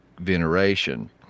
Veneration